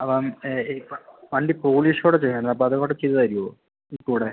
അപ്പം ഇപ്പോൾ വണ്ടി പോളിഷുകൂടി ചെയ്യണമായിരുന്നു അപ്പോൾ അതുകൂടി ചെയ്ത് തരുമോ ഇപ്പോൾക്കൂടി